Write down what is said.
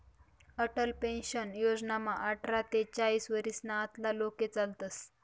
Atal pension योजनामा आठरा ते चाईस वरीसना आतला लोके चालतस